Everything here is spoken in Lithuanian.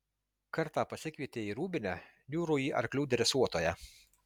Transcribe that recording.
kartą pasikvietė į rūbinę niūrųjį arklių dresuotoją